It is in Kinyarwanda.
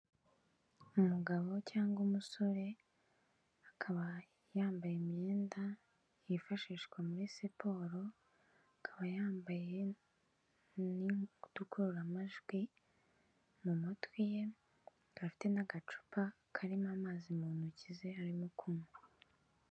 Umugabo cyangwa umusore akaba yambaye imyenda yifashishwa muri siporo, akaba yambaye ni utugororamajwi mu matwi ye, afite n'agacupa karimo amazi mu ntoki ze arimo kunywa.